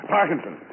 Parkinson